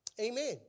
Amen